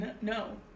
no